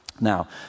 Now